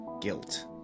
Guilt